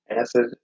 Acid